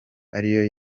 ariyo